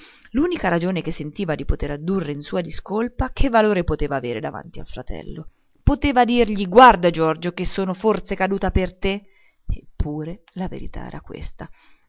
l'unica ragione che sentiva di potere addurre in sua discolpa che valore poteva avere davanti al fratello poteva dirgli guarda giorgio che sono forse caduta per te eppure la verità era forse questa